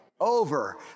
over